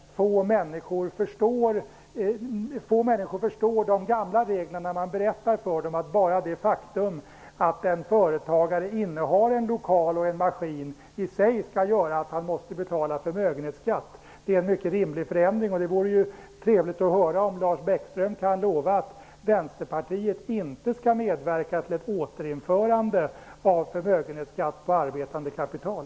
Få människor förstår de gamla reglerna när man berättar för dem att bara det faktum att en företagare innehar en lokal och en maskin i sig gör att han måste betala förmögenhetsskatt. Det är mycket rimligt att förändra detta, och det vore trevligt att höra om Lars Bäckström kan lova att Vänsterpartiet inte skall medverka till ett återinförande av förmögenhetsskatt på arbetande kapital.